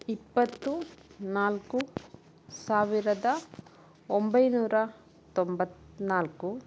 ಇಪ್ಪತ್ತು ನಾಲ್ಕು ಸಾವಿರದ ಒಂಬೈನೂರ ತೊಂಬತ್ನಾಲ್ಕು